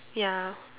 ya